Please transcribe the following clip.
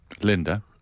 Linda